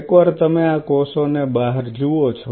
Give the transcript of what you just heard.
એકવાર તમે આ કોષોને બહાર જુઓ છો